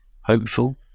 hopeful